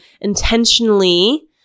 intentionally